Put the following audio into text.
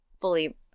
fully